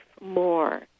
more